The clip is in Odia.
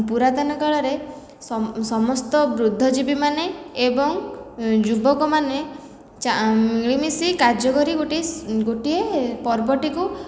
ପୁରାତନ କାଳରେ ସମସ୍ତ ବୁଦ୍ଧିଜୀବିମାନେ ଏବଂ ଯୁବକମାନେ ମିଳିମିଶି କାର୍ଯ୍ୟ କରି ଗୋଟିଏ ଗୋଟିଏ ପର୍ବଟିକୁ